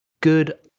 good